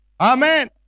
Amen